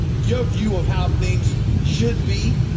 your view of how things should be